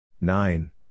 Nine